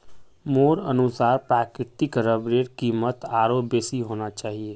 मोर अनुसार प्राकृतिक रबरेर कीमत आरोह बेसी होना चाहिए